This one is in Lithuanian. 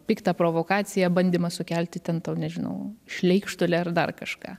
piktą provokaciją bandymą sukelti ten tą nežinau šleikštulį ar dar kažką